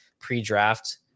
pre-draft